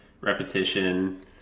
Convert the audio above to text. repetition